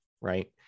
right